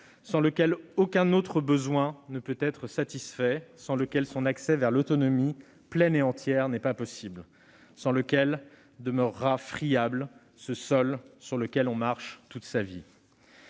sans lequel aucun autre besoin ne peut être satisfait, sans lequel son accès à l'autonomie pleine et entière n'est pas possible, sans lequel ce sol sur lequel on marche toute sa vie